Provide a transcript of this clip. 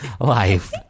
life